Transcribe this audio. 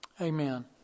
Amen